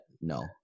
no